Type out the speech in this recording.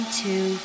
two